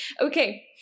Okay